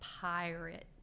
pirate